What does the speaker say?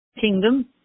kingdom